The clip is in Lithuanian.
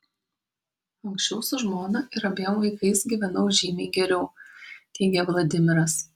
anksčiau su žmona ir abiem vaikais gyvenau žymiai geriau teigia vladimiras